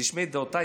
כשתשמעי את דעותיי,